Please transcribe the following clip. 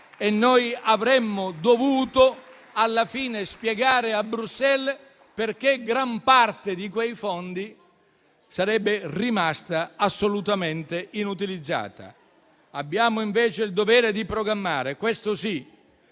fine avremmo dovuto spiegare a Bruxelles perché gran parte di quei fondi sarebbe rimasta assolutamente inutilizzata. Abbiamo invece il dovere - questo sì